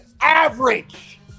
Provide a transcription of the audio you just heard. average